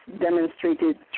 demonstrated